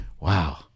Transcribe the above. Wow